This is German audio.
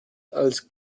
als